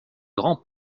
grand